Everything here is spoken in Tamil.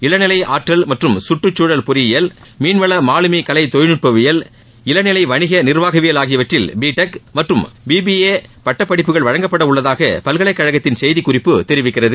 இளநிலை ஆற்றல் மற்றும் கற்றுக்சூழல் பொறியியல் மீன்வள மாலுமி கலை தொழில்நுட்பவியல் இளநிலை வணிக நிர்வாகவியல் ஆகியவற்றில் பிடெக் மற்றும் பி பி ஏ பட்ட படிப்புகள் வழங்கப்பட உள்ளதாக பல்கலைக்கழகத்தின் செய்திக்குறிப்பு தெரிவிக்கிறது